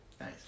Nice